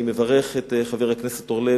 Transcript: אני מברך את חבר הכנסת אורלב,